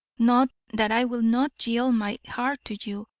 not that i will not yield my heart to you,